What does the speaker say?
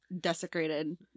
desecrated